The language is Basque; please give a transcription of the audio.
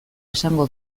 esango